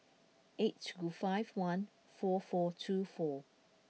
eight two five one four four two four